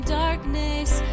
darkness